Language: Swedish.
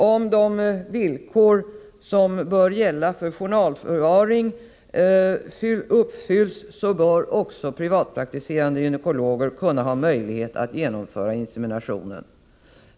Om de villkor som bör gälla för journalförvaring uppfylls bör även privatpraktiserande gynekologer ha möjlighet att genomföra insemination.